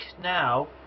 now